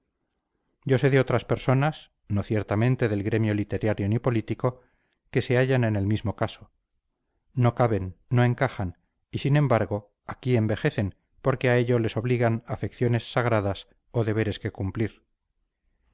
yo sé de otras personas no ciertamente del gremio literario ni político que se hallan en el mismo caso no caben no encajan y sin embargo aquí envejecen porque a ello les obligan afecciones sagradas o deberes que cumplir